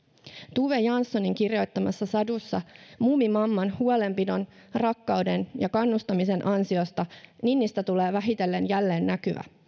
tove janssonin kirjoittamassa sadussa muumimamman huolenpidon rakkauden ja kannustamisen ansiosta ninnistä tulee vähitellen jälleen näkyvä